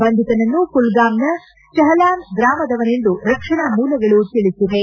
ಬಂಧಿತನನ್ನು ಕುಲ್ಗಾಮ್ನ ಚಹಲಾನ್ ಗ್ರಾಮದವನೆಂದು ರಕ್ಷಣಾ ಮೂಲಗಳು ತಿಳಿಸಿವೆ